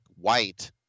White